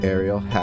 Ariel